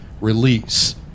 release